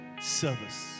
service